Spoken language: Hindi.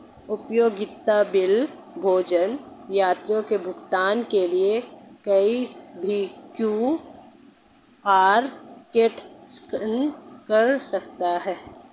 उपयोगिता बिल, भोजन, यात्रा के भुगतान के लिए कोई भी क्यू.आर कोड स्कैन कर सकता है